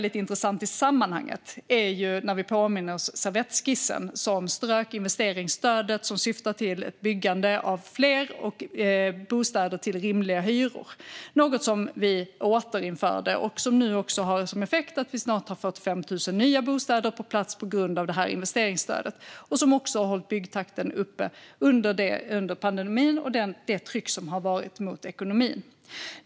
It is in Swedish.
Intressant i sammanhanget är att påminna oss om servettskissen, som strök investeringsstödet som syftar till ett byggande av fler bostäder till rimliga hyror. Det är något som vi återinförde och som nu har som effekt att vi snart har fått 5 000 nya bostäder på plats. Det har också hållit byggtakten uppe under pandemin med det tryck som har varit mot ekonomin.